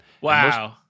Wow